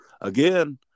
again